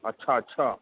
अच्छा अच्छा